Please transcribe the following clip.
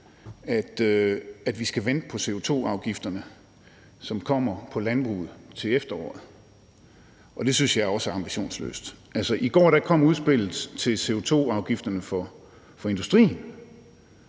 at vi skal vente på CO2-afgifterne, som kommer på landbruget til efteråret, og det synes jeg også er ambitionsløst. Altså, i går kom udspillet til CO2-afgifterne for industrien,